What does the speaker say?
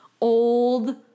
old